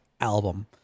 album